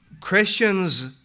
Christians